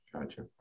Gotcha